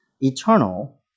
eternal